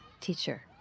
Teacher